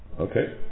Okay